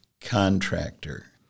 contractor